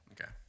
Okay